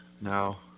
Now